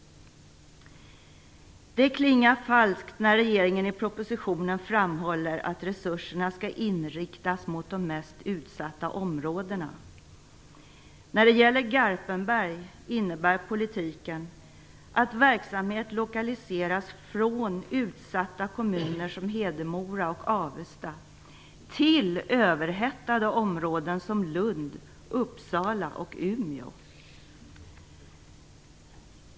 Det klingar falskt när regeringen i propositionen framhåller att resurserna skall inriktas mot de mest utsatta områdena. När det gäller Garpenberg innebär politiken att verksamheten lokaliseras från utsatta kommuner som Hedemora och Avesta till överhettade områden som Lund, Uppsala och Umeå.